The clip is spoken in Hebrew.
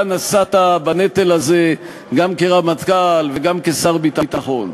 אתה נשאת בנטל הזה גם כרמטכ"ל וגם כשר ביטחון.